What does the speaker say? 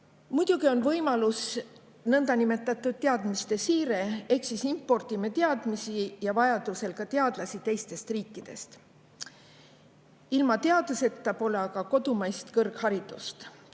Muidugi on võimalus nõndanimetatud teadmiste siire ehk impordime teadmisi ja vajadusel ka teadlasi teistest riikidest. Ilma teaduseta pole aga kodumaist kõrgharidust.